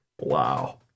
Wow